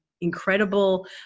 incredible